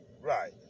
Right